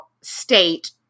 state